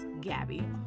Gabby